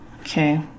Okay